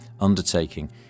undertaking